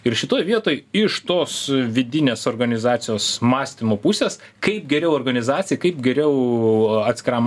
ir šitoj vietoj iš tos vidinės organizacijos mąstymo pusės kaip geriau organizacijai kaip geriau atskiram